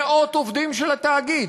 מאות עובדים של התאגיד,